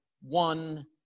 one